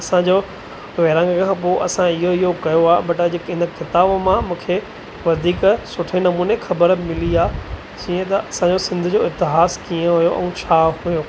असांजो विरहांङे खां पोइ इहो इहो कयो आहे बट जेके हिन किताब मां मूंखे वधीक सुठे नमूने ख़बर मिली आहे इअं त असांजो सिंध जो इतिहास कीअं हुओ ऐं छा हुओ